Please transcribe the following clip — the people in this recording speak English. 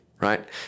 right